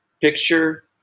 picture